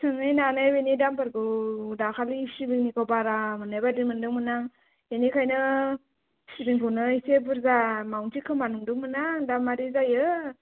सोंहैनानै बेनि दामफोरखौ दाखालि सिबिंनिखौ बारा मोननाय बायदि मोन्दोंमोन आं बेनिखायनो सिबिंखौनो एसे बुरजा मावनोसैखोमा नंदोंमोन आं दा मारै जायो